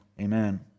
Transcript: amen